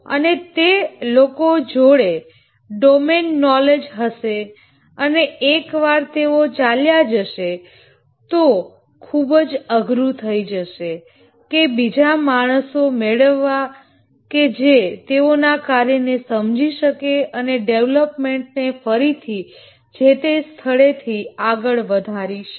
અને તે લોકો જોડે ડોમેન નોલેજ હશે અને એકવાર તેઓ ચાલ્યા જશે તો તે ખૂબ જ અઘરું થઈ જશે કે બીજા માણસો મેળવવા કે જે તેઓના કાર્યને સમજી શકે અને ડેવલપમેન્ટને ફરીથી જે તે સ્થળે થી આગળ વધારી શકે